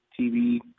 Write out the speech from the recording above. TV